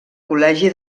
col·legi